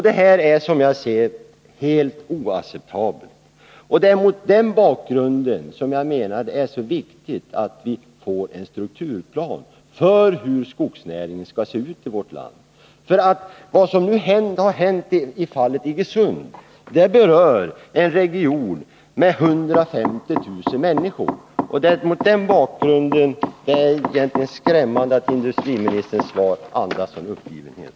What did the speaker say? Det här är, som jag ser det, helt oacceptabelt. Det är mot den bakgrunden som jag menar att det är så viktigt att vi får en strukturplan för hur skogsnäringen skall se ut i vårt land. Vad som hänt i fallet Iggesund berör en region med 150 000 människor. Mot den bakgrunden är det egentligen skrämmande att industriministerns svar andas en sådan uppgivenhet.